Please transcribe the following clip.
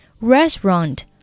Restaurant